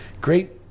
Great